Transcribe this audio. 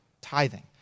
tithing